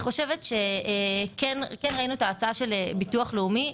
ראינו את ההצעה של הביטוח הלאומי.